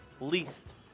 least